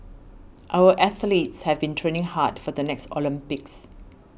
our athletes have been training hard for the next Olympics